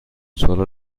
solo